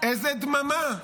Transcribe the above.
איזו דממה,